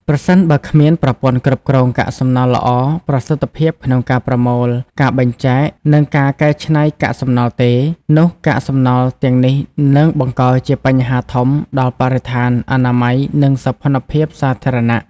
ប្រសិនបើគ្មានប្រព័ន្ធគ្រប់គ្រងកាកសំណល់ល្អ ប្រសិទ្ធភាពក្នុងការប្រមូល ការបែងចែក និងការកែច្នៃកាកសំណល់ទេ នោះកាកសំណល់ទាំងនេះនឹងបង្កជា បញ្ហាធំ ដល់បរិស្ថាន អនាម័យ និងសោភ័ណភាពសាធារណៈ។